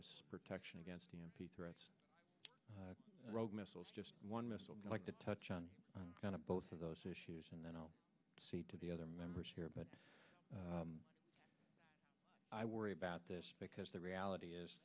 as protection against e m p threats or rogue missiles one missile like to touch on kind of both of those issues and then i'll cede to the other members here but i worry about this because the reality is